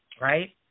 right